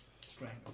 strength